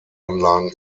anlagen